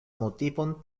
motivon